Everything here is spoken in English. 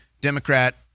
Democrat